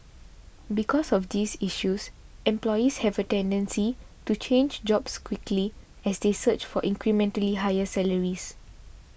because of these issues employees have a tendency to change jobs quickly as they search for incrementally higher salaries